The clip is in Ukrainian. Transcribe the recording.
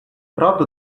правду